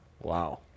wow